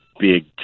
big